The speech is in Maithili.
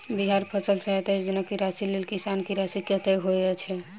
बिहार फसल सहायता योजना की राशि केँ लेल किसान की राशि कतेक होए छै?